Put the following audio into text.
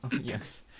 yes